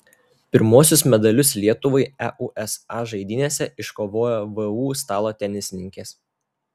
pirmuosius medalius lietuvai eusa žaidynėse iškovojo vu stalo tenisininkės